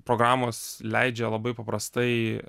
programos leidžia labai paprastai